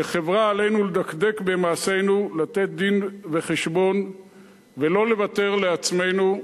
כחברה עלינו לדקדק במעשינו לתת דין-וחשבון ולא לוותר לעצמנו,